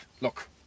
Look